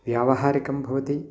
व्यावहारिकं भवति